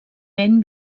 ben